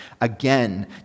again